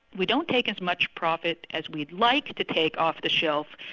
we don't take as much profit as we'd like to take off the shelf,